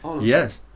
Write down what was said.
yes